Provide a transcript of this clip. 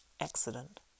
accident